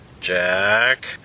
jack